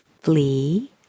flee